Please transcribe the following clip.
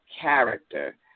character